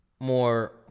more